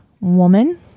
woman